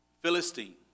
Philistine